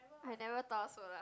I never thought so lah